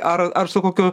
ar ar su kokiu